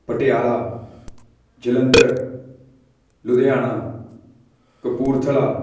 Patiala Jalandhar Ludhiana Kapurthala